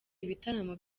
ibitaramo